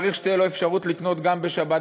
צריך שתהיה לו אפשרות לקנות גם בשבת,